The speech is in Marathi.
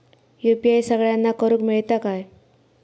यू.पी.आय सगळ्यांना करुक मेलता काय?